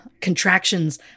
contractions